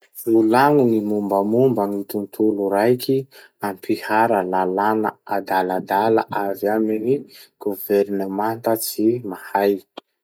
Volagno gny mombamomba gny tontolo raiky ampihara lalàna adaladala avy amin'ny governemanta tsy mahay.